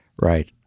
Right